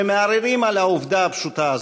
שמערערים על העובדה הפשוטה הזו.